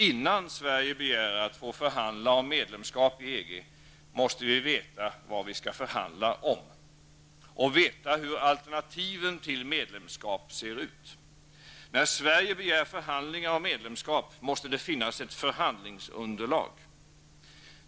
Innan Sverige begär att få förhandla om medlemskap i EG måste vi veta vad vi skall förhandla om samt veta hur alternativen till medlemskap ser ut. När Sverige begär förhandlingar om medlemskap måste det finnas ett förhandlingsunderlag.